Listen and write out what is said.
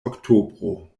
oktobro